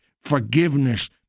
forgiveness